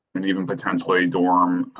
and even potentially dorm.